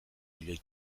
milioi